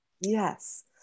Yes